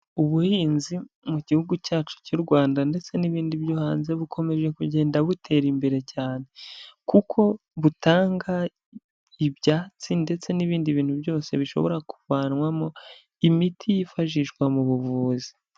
Ubuhinzi mu gihugu cyacu cy'u Rwanda ndetse n'ibindi byo hanze bukomeje kugenda butera imbere cyane, kuko butanga ibyatsi ndetse n'ibindi bintu byose bishobora kuvanwamo imiti yifashishwa mu buvuzi.